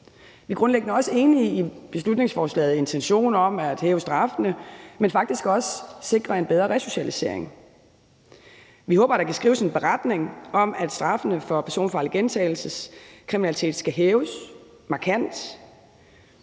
Vi er grundlæggende også enige i beslutningsforslagets intention om at hæve straffene, men faktisk også sikre en bedre resocialisering. Vi håber, at der kan skrives en beretning om, at straffene for personfarlig gentagelseskriminalitet skal hæves markant,